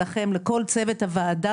כל צוות הוועדה,